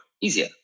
easier